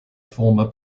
former